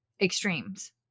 extremes